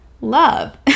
love